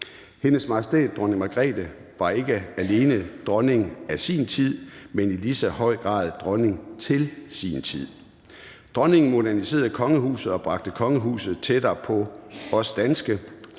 Hendes Majestæt Dronning Margrethe var ikke alene dronning af sin tid, men i lige så høj grad dronning til sin tid. Dronningen moderniserede kongehuset og bragte kongehuset tættere på os danskere,